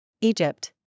egypt